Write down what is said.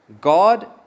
God